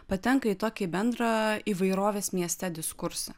patenka į tokį bendrą įvairovės mieste diskursą